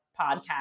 podcast